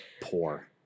poor